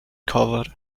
covered